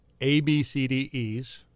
ABCDEs